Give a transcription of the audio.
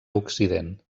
occident